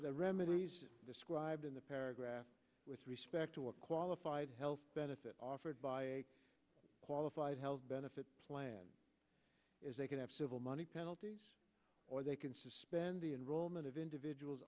the remedy described in the paragraph with respect to a qualified health benefit offered by a qualified health benefit plan is they could have civil money penalty or they can suspend the enrollment of individuals